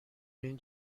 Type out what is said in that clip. این